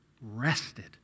rested